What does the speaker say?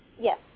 Yes